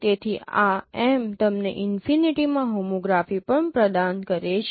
તેથી આ M તમને ઇનફિનિટી માં હોમોગ્રાફી પણ પ્રદાન કરે છે